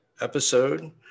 episode